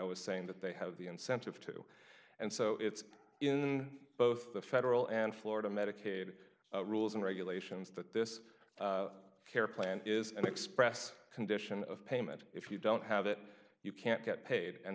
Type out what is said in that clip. was saying that they have the incentive to and so it's in both the federal and florida medicaid rules and regulations that this care plan is an express condition of payment if you don't have it you can't get paid and